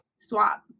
swap